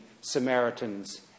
Samaritans